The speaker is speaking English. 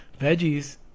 veggies